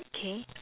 okay